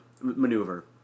maneuver